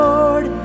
Lord